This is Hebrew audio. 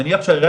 אני שאלתי.